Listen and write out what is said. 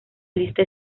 lista